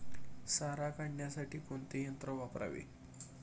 सारा काढण्यासाठी कोणते यंत्र वापरावे?